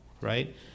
right